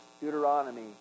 Deuteronomy